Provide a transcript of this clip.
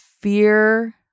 fear